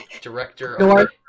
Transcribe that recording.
Director